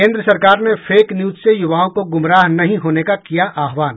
केन्द्र सरकार ने फेक न्यूज से यूवाओं को गुमराह नहीं होने का किया आहवान